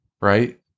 Right